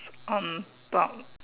on top